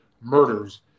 murders